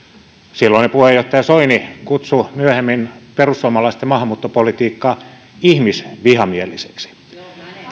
silloinen puheenjohtaja soini kutsui myöhemmin perussuomalaisten maahanmuuttopolitiikkaa ihmisvihamieliseksi